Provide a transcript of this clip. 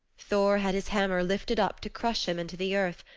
thor had his hammer lifted up to crush him into the earth.